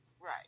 Right